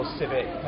civic